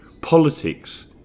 politics